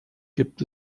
gibt